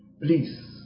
please